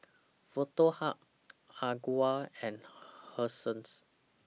Foto Hub Ogawa and Hersheys